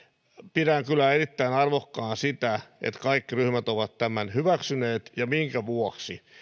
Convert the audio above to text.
pidän kyllä erittäin arvokkaana sitä että kaikki ryhmät ovat tämän hyväksyneet ja minkä vuoksi